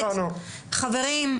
חברים,